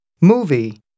movie